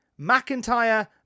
McIntyre